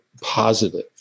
positive